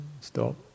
Stop